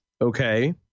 Okay